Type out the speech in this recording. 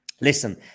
Listen